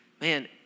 Man